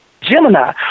Gemini